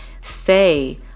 say